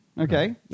Okay